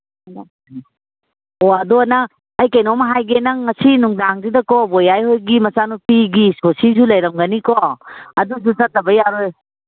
ꯍꯣꯏ ꯑꯗꯨ ꯅꯪ ꯑꯩ ꯀꯩꯅꯣꯝ ꯍꯥꯏꯒꯦ ꯅꯪ ꯉꯁꯤ ꯅꯨꯡꯗꯥꯡꯁꯤꯗꯀꯣ ꯕꯣꯌꯥꯏꯍꯣꯏꯒꯤ ꯃꯆꯥꯅꯨꯄꯤꯒꯤ ꯁꯣꯁꯇꯤꯁꯨ ꯂꯩꯔꯝꯒꯅꯤꯀꯣ ꯑꯗꯨꯁꯨ ꯆꯠꯇꯕ ꯌꯥꯔꯣꯏ